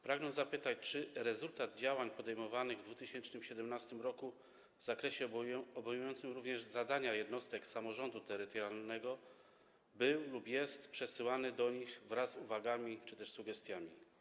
Pragnę zapytać: Czy rezultat działań podejmowanych w 2017 r. w zakresie obejmującym również zadania jednostek samorządu terytorialnego był lub jest przesyłany do nich wraz z uwagami czy też sugestiami?